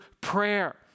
prayer